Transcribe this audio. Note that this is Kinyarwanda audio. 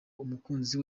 umukunzi